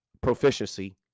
proficiency